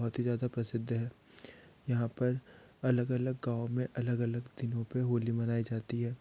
बहुत ही ज़्यादा प्रसिद्ध है यहाँ पर अलग अलग गाँव में अलग अलग दिनों पर होली मनाई जाती है